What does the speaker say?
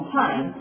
time